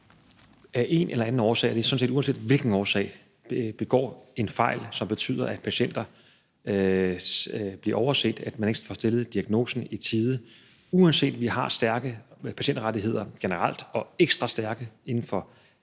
– det er sådan set, uanset hvilken årsag det er – begår fejl, som betyder, at patienter bliver overset, at man ikke får stillet diagnosen i tide. Uanset at vi har stærke patientrettigheder generelt og ekstra stærke inden for de mest